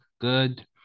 Good